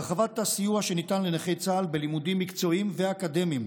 הרחבת הסיוע שניתן לנכי צה"ל בלימודים מקצועיים ואקדמיים: